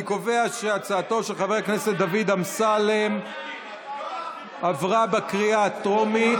אני קובע שהצעתו של חבר הכנסת דוד אמסלם עברה בקריאה הטרומית,